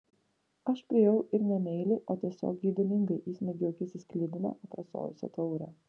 aš priėjau ir ne meiliai o tiesiog geidulingai įsmeigiau akis į sklidiną aprasojusią taurę